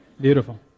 Beautiful